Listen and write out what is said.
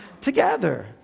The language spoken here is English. together